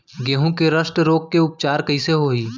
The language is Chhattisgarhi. गेहूँ के रस्ट रोग के उपचार कइसे होही?